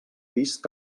vist